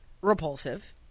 repulsive